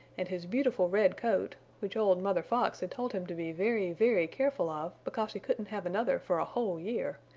and his beautiful red coat, which old mother fox had told him to be very, very careful of because he couldn't have another for a whole year,